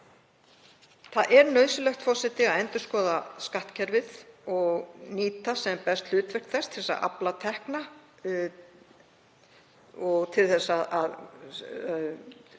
Það er nauðsynlegt að endurskoða skattkerfið og nýta sem best hlutverk þess til að afla tekna og til þess að